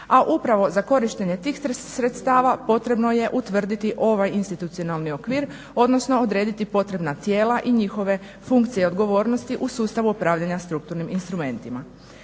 a upravo za korištenje tih sredstava potrebno je utvrditi ovaj institucionalni okvir odnosno odrediti potrebna tijela i njihove funkcije i odgovornosti u sustavu upravljanja strukturnim instrumentima.